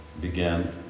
began